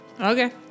okay